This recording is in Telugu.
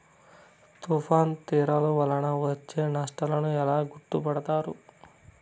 తుఫాను తీరాలు వలన వచ్చే నష్టాలను ఎలా గుర్తుపడతారు?